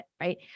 right